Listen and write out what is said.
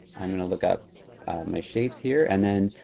i'm gonna look up my shapes here. and then,